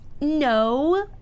no